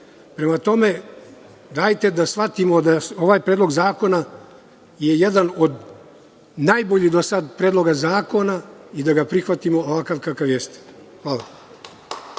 tome, dajte da shvatimo da ovaj predlog zakona je jedan od najboljih do sada Predloga zakona i da ga prihvatimo ovakvog kakav jeste.